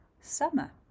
summer